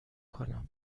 کنم